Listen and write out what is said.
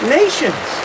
nations